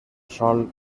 sòl